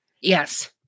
Yes